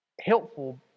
helpful